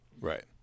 Right